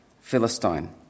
Philistine